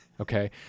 Okay